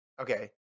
Okay